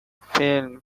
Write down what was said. film